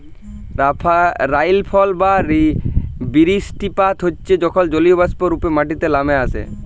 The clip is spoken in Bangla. রাইলফল বা বিরিস্টিপাত হচ্যে যখল জলীয়বাষ্প রূপে মাটিতে লামে আসে